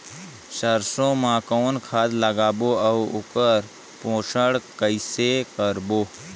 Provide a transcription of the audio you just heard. सरसो मा कौन खाद लगाबो अउ ओकर पोषण कइसे करबो?